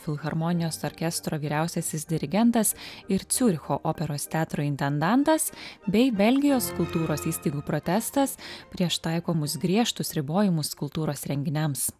filharmonijos orkestro vyriausiasis dirigentas ir ciuricho operos teatro intendantas bei belgijos kultūros įstaigų protestas prieš taikomus griežtus ribojimus kultūros renginiams